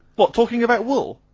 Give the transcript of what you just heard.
what talking about wool?